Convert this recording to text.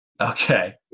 Okay